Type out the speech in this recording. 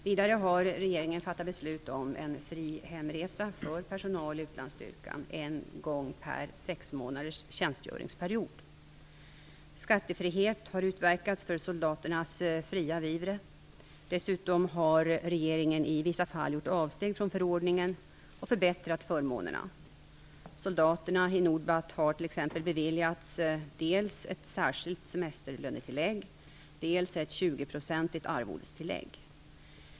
Vidare har regeringen fattat beslut om en fri hemresa för personal i utlandsstyrkan en gång per sex månaders tjänstgöringsperiod. Skattefrihet har utverkats för soldaternas fria vivre. Dessutom har regeringen i vissa fall gjort avsteg från förordningen och förbättrat förmånerna. Soldaterna i Nordbat har t.ex. beviljats dels ett särskilt semesterlönetillägg, dels ett 20-procentigt arvodestillägg.